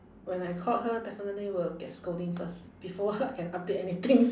when I called her definitely will get scolding first before I can update anything